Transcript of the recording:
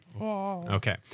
Okay